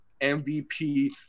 MVP